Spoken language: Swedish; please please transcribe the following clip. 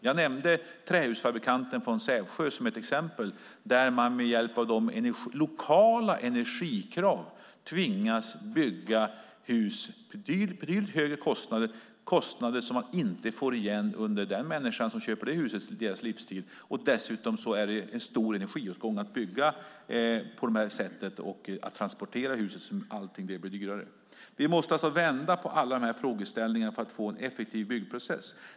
Jag nämnde trähusfabrikanten från Sävsjö som ett exempel på hur man med lokala energikrav tvingas bygga hus till betydligt högre kostnader - kostnader som den som köper huset inte får tillbaka under sin livstid. Dessutom är det en stor energiåtgång att bygga på det här sättet och att transportera huset som gör att allting blir dyrare. Vi måste alltså vända på alla de här frågeställningarna för att få en effektiv byggprocess.